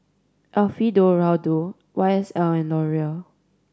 Alfio Raldo Y S L and Laurier